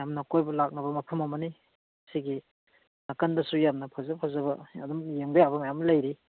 ꯌꯥꯝꯅ ꯀꯣꯏꯕ ꯂꯥꯛꯅꯕ ꯃꯐꯝ ꯑꯃꯅꯤ ꯁꯤꯒꯤ ꯅꯥꯀꯟꯗꯁꯨ ꯌꯥꯝꯅ ꯐꯖ ꯐꯖꯕ ꯑꯗꯨꯝ ꯌꯦꯡꯕ ꯌꯥꯕ ꯃꯌꯥꯝ ꯂꯩꯔꯤ